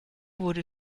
wurde